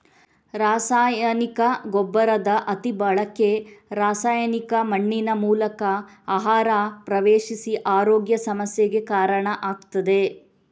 ರಾಸಾಯನಿಕ ಗೊಬ್ಬರದ ಅತಿ ಬಳಕೆ ರಾಸಾಯನಿಕ ಮಣ್ಣಿನ ಮೂಲಕ ಆಹಾರ ಪ್ರವೇಶಿಸಿ ಆರೋಗ್ಯ ಸಮಸ್ಯೆಗೆ ಕಾರಣ ಆಗ್ತದೆ